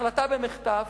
החלטה במחטף,